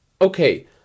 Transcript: okay